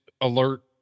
alert